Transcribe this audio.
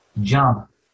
jump